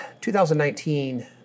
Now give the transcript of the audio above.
2019